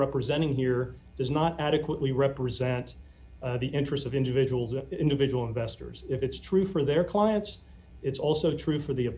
representing here does not adequately represent the interests of individuals or individual investors if it's true for their clients it's also true for the